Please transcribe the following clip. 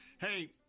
Hey